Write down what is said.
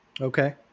Okay